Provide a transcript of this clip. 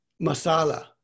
Masala